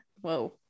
whoa